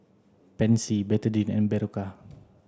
Pansy Betadine and Berocca